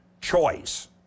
choice